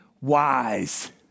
wise